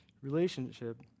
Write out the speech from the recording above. Relationship